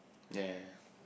ya ya ya